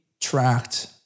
tracked